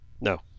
No